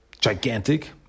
gigantic